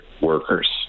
workers